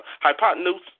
hypotenuse